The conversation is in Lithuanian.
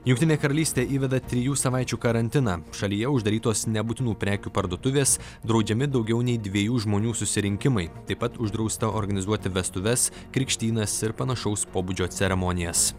jungtinė karalystė įveda trijų savaičių karantiną šalyje uždarytos nebūtinų prekių parduotuvės draudžiami daugiau nei dviejų žmonių susirinkimai taip pat uždrausta organizuoti vestuves krikštynas ir panašaus pobūdžio ceremonijas